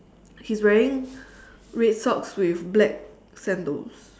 he is wearing red socks with black sandals